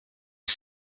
est